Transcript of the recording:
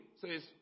says